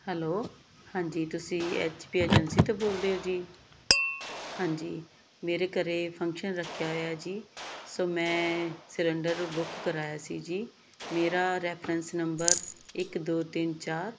hello ਹਾਂਜੀ ਤੁਸੀਂ H P agency ਤੋਂ ਬੋਲ ਰਹੇ ਹੋ ਜੀ ਹਾਂਜੀ ਮੇਰੇ ਘਰ ਫੰਕਸ਼ਨ ਰੱਖਿਆ ਹੋਇਆ ਜੀ ਸੋ ਮੈਂ ਸਿਰੰਡਰ ਬੁੱਕ ਕਰਵਾਇਆ ਸੀ ਜੀ ਮੇਰਾ ਰੈਫਰੈਂਸ ਨੰਬਰ ਇੱਕ ਦੋ ਤਿੰਨ ਚਾਰ